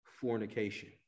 fornication